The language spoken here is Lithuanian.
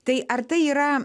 tai ar tai yra